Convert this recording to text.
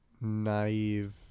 naive